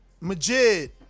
majid